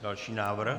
Další návrh.